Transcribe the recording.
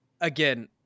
again